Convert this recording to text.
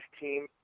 team